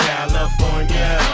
California